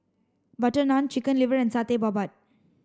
butter naan chicken liver and Satay Babat